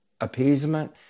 appeasement